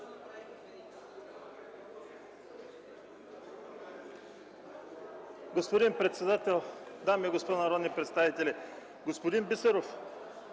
Господин председател, дами и господа народни представители! Господин Бисеров,